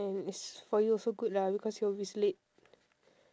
and is for you also good lah because you always late